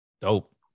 Dope